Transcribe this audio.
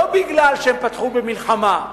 לא כי הם פתחו במלחמה.